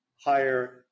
higher